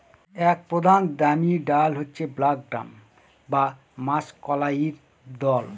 এক প্রধান দামি ডাল হচ্ছে ব্ল্যাক গ্রাম বা মাষকলাইর দল